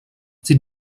sie